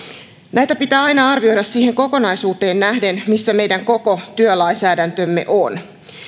näitä pitää aina arvioida siihen kokonaisuuteen nähden missä meidän koko työlainsäädäntömme on